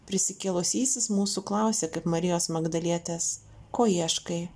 prisikėlusysis mūsų klausė kaip marijos magdalietės ko ieškai